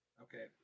Okay